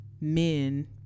men